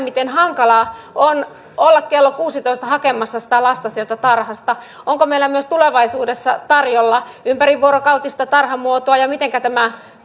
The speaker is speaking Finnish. miten hankalaa on olla kello kuudessatoista hakemassa sitä lasta sieltä tarhasta onko meillä myös tulevaisuudessa tarjolla ympärivuorokautista tarhamuotoa ja mitenkä tämä